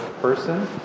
person